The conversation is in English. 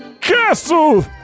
Castle